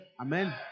Amen